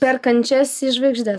per kančias į žvaigždes